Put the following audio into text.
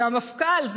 זה המפכ"ל,